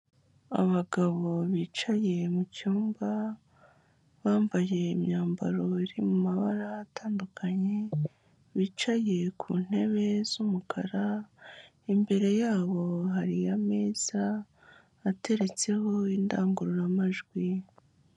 Abagabo bicaye mu cyumba, bambaye imyambaro iri mu mabara atandukanye, bicaye ku ntebe z'umukara, imbere yabo hari ameza ateretseho indangururamajwi.